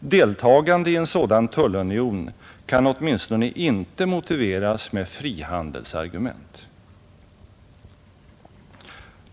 Deltagande i en sådan tullunion kan åtminstone inte motiveras med frihandelsargument.